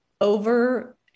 over